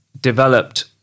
developed